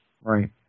Right